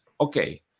Okay